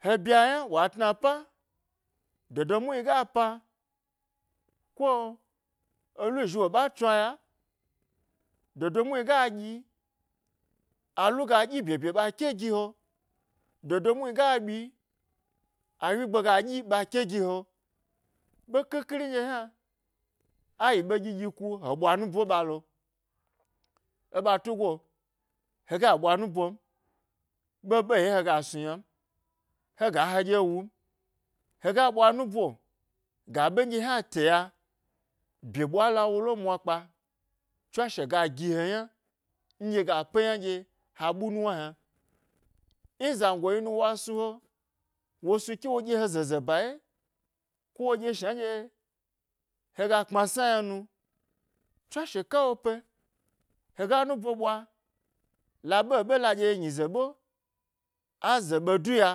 He bye a yna wa tna pa dodo mu hni ga po ko elu wo zhi wo ɓa chnaya, dodo muhni ga ɗyi allu ga dyi bye bye ɓa ke gi he, dodo muhni ga byi, awyi gbe ga ɗyi ɓa ke gi he, ɓe khi khi ri nɗye ayi ɓe ɗyi ɗyi ku he ɓwa nubo ɓalo, e ɓa tugo, hega ɓwa nu bom, ɓe ɓe yi'o nɗye hega snu ynam. He ga nubo ga ɓe nɗiyo hna te ya bye ɓwala wole mwakpa tswashe ga gi he yna nɗye pe yna ɗye ha ɓu nuwna hna. N zan go yinuwa snu he, wo snu ke wo ɗye he zeze ba ye ko wachye shna nɗye hega kpmasna yna nu tswashe ka wo pe, hega nu bo ɓwa la ɓe ɓe la ɗye yi nyi ze ɓe aze ɓe duya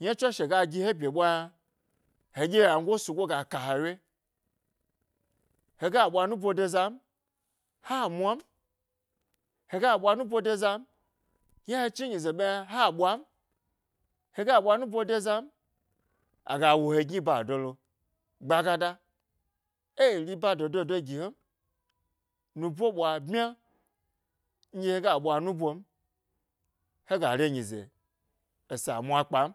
nya tswashe ga gi he e bye bwa yna, he ɗye yangoe esugo ga ka he ydye. He ga ɓwa nubo de zan ha mwan, hega ɓwa nubo de zan ha mwan, he ga ɓwa nubo de zan, yna he chni enize ɓe yna ha ɓwa n, hega ɓwa nubo de zan, aga wu he gni e bado lo gbagada e yi riba dodo gi hen nubo ɓwa bmya, nɗye hega ɓwa nu bo m, hega re nize esa mwa kpan.